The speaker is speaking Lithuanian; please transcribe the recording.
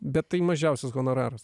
bet tai mažiausias honoraras